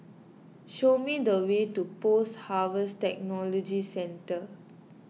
show me the way to Post Harvest Technology Centre